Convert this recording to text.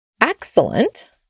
excellent